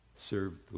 served